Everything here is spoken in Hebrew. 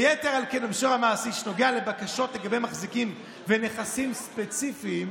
ויתר על כן במישור המעשי שנוגע לבקשות לגבי מחזיקים ונכסים ספציפיים,